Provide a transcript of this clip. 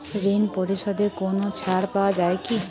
ঋণ পরিশধে কোনো ছাড় পাওয়া যায় কি?